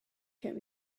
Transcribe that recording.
kept